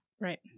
Right